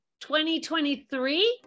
2023